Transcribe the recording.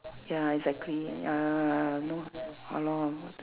ya exactly uh you know ah lor